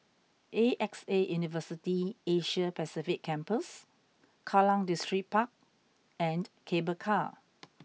A X A University Asia Pacific Campus Kallang Distripark and Cable Car